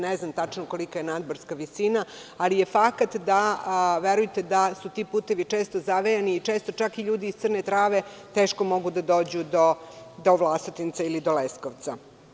Ne znam tačno kolika je nadmorska visina, ali je fakat da su ti putevi često zavejani i često čak i ljudi iz Crne Trave teško mogu da dođu do Vlasotinca ili do Leskovca.